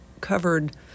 covered